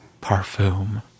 Parfum